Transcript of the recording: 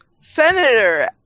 Senator